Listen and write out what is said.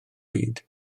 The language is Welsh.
byd